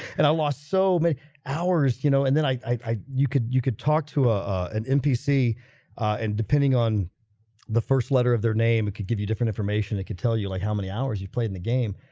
and i lost so many hours you know and then i i you could you could talk to ah an npc and depending on the first letter of their name it could give you different information. it could tell you like how many hours you've played in the game,